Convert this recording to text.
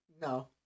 No